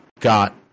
got